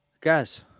Guys